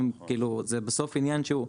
זה בסוף עניין שהוא,